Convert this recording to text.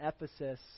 Ephesus